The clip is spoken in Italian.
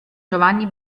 giovanni